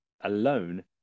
alone